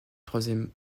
troisième